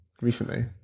recently